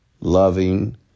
loving